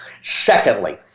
Secondly